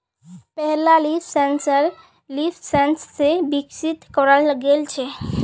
पहला leaf sensor leafsens स विकसित कराल गेल छेक